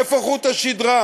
איפה חוט השדרה?